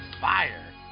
fire